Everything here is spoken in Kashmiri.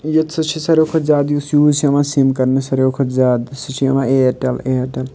ییٚتہِ سا چھِ سارِوٕے کھۄتہٕ زیادٕ یُس یوٗز چھُ یِوان سِم کَرنہٕ سارویو کھۄتہٕ زیادٕ سُہ چھُ یِوان اِیَرٹیٚل اِیَرٹیٚل